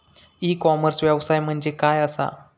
E commerce व्यवसाय म्हणजे काय असा?